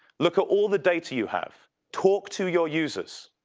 look at all the data you have, talk to your users.